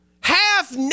half